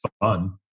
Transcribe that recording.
fun